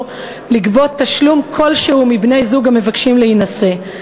לגבות תשלום כלשהו מבני-זוג המבקשים להינשא.